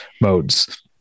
modes